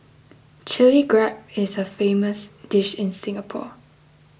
Chilli Crab is a famous dish in Singapore